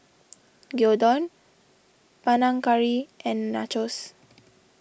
Gyudon Panang Curry and Nachos